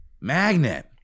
Magnet